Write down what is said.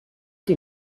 die